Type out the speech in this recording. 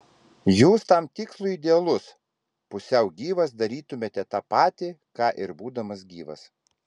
jūs tam tikslui idealus pusiau gyvas darytumėte tą patį ką ir būdamas gyvas